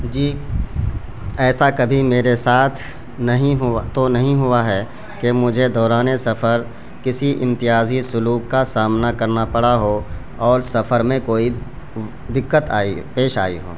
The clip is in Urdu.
جی ایسا کبھی میرے ساتھ نہیں ہوا تو نہیں ہوا ہے کہ مجھے دوران سفر کسی امتیازی سلوک کا سامنا کرنا پڑا ہو اور سفر میں کوئی وہ دقت آئی پیش آئی ہو